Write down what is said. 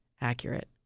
accurate